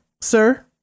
sir